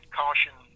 caution